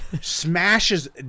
smashes